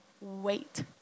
wait